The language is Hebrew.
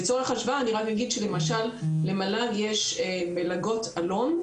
לצורך השוואה אני רק אגיד שלמשל למל"ג יש מלגות אלון,